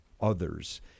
others